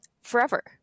Forever